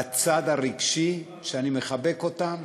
בצד הרגשי אני מחבק אותם,